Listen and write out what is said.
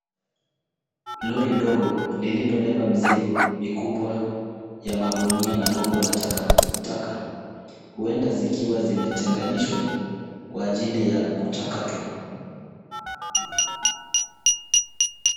Lori ndogo lililobeba mizigo mikubwa ya magunia na rundo la takataka huenda zikiwa zimetenganishwa kwa ajili ya kuchakatwa.